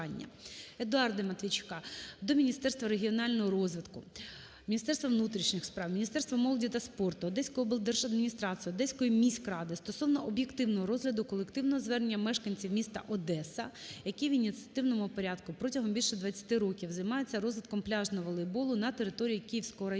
Едуарда Матвійчука до Міністерства регіонального розвитку, Міністерства внутрішніх справ, Міністерства молоді та спорту, Одеської облдержадміністрації, Одеської міськради стосовно об'єктивного розгляду колективного звернення мешканців міста Одеса, які в ініціативному порядку, протягом більше двадцяти років, займаються розвитком пляжного волейболу на території Київського району